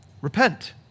Repent